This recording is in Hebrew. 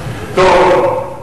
טוב,